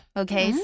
okay